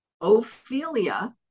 Ophelia